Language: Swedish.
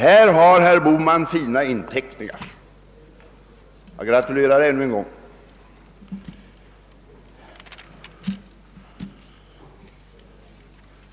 Här har herr Bohman fina inteckningar; jag gratulerar ännu en gång!